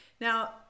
Now